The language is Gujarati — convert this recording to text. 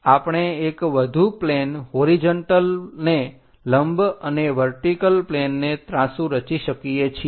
આપણે એક વધુ પ્લેન હોરીજન્ટલને લંબ અને વર્ટીકલ પ્લેનને ત્રાંસુ રચી શકીએ છીએ